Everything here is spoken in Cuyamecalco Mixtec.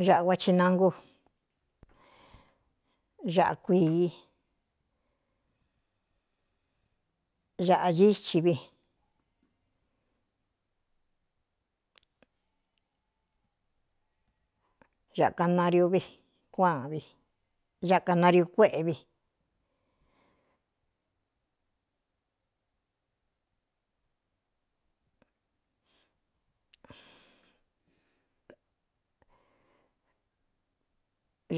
Aꞌa kuachi nangu aꞌa kuii aꞌa íchi vi akanariu vi kuaan vi áꞌ kanariu kuéꞌe vi